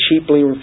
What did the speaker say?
cheaply